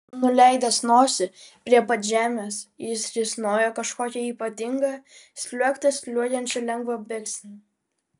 nuleidęs nosį prie pat žemės jis risnojo kažkokia ypatinga sliuogte sliuogiančia lengva bėgsena